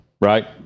Right